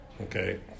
okay